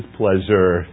pleasure